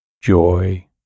joy